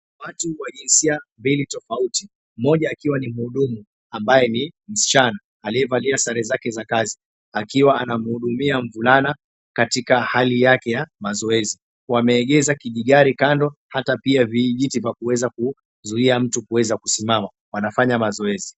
Watu wa jinsia mbili tofauti, mmoja akiwa ni mhudumu ambaye ni msichana aliyevalia sare zake za kazi akiwa anamhudumia mvulana katika hali yake ya mazoezi. Wameegeza kijigari kando hata pia vijiti vya kuweza kuzuia mtu kuweza kusimama wanafanya mazoezi.